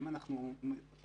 אם אנחנו נעשה